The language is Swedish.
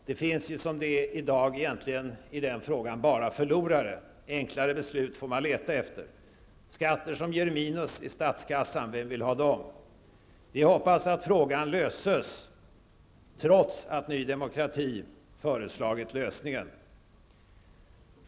Det finns som läget är i dag i den frågan egentligen bara förlorare. Enklare beslut får man leta efter. Skatter som ger minus i statskassan -- vem vill ha dem? Vi hoppas att frågan löses, trots att ny demokrati föreslagit lösningen.